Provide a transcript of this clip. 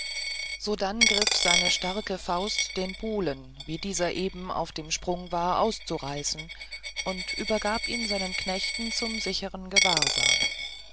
sodann griff seine starke faust den buhlen wie dieser eben auf dem sprung war auszureißen und übergab ihn seinen knechten zum sicheren gewahrsam